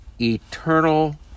eternal